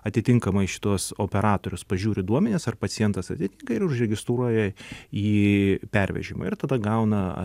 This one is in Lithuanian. atitinkamai šituos operatorius pažiūri duomenis ar pacientas atitinka ir užregistruoja į pervežimą ir tada gauna